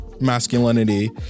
masculinity